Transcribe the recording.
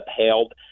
upheld